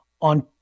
on